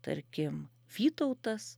tarkim vytautas